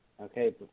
okay